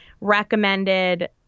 recommended